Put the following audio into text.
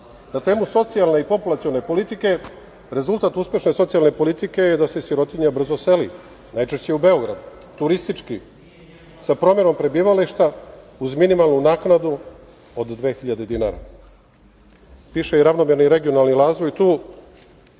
temu socijalne i populacione politike, rezultat uspešne politike je da se sirotinja brzo seli najčešće u Beograd turistički, sa promenom prebivališta uz minimalnu naknadu od 2.000 dinara. Piše i ravnomerni i regionalni razvoj.